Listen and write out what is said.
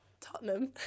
Tottenham